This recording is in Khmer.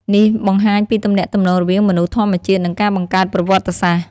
នេះបង្ហាញពីទំនាក់ទំនងរវាងមនុស្ស ធម្មជាតិ និងការបង្កើតប្រវត្តិសាស្ត្រ។